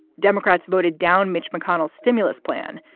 democrats voted down mitch mcconnell's stimulus plan,